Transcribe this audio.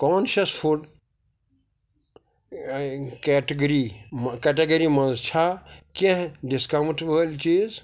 conscious food category ما category مَنٛز چھےٚ کیٚنٛہہ ڈِسکاوُنٛٹ وٲلۍ چیٖز